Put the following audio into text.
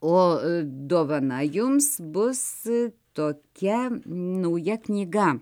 o dovana jums bus tokia nauja knyga